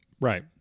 Right